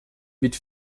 mit